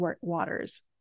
waters